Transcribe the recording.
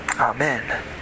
Amen